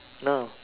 no